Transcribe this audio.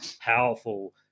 powerful